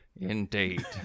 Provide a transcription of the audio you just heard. Indeed